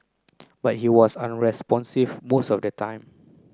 but he was unresponsive most of the time